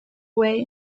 way